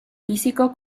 físico